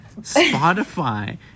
Spotify